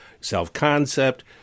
self-concept